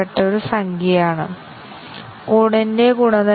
പക്ഷേ ഫലം ഇവിടെ 1 ആണ്